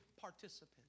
participant